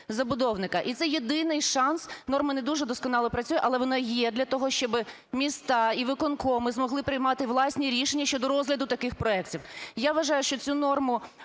забудовника, і це єдиний шанс норми не дуже досконало працює, але вона є для того, щоби міста і виконкоми змогли приймати власні рішення щодо розгляду таких проектів. Я вважаю, що цю норму